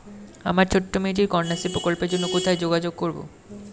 আমার ছোট্ট মেয়েটির কন্যাশ্রী প্রকল্পের জন্য কোথায় যোগাযোগ করব?